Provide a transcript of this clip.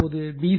இதேபோல் பி